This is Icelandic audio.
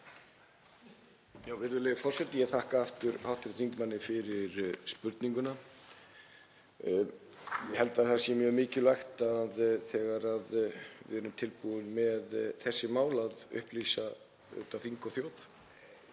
Virðulegi forseti. Ég þakka hv. þingmanni aftur fyrir spurninguna. Ég held að það sé mjög mikilvægt þegar við erum tilbúin með þessi mál að upplýsa þing og þjóð.